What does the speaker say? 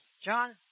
John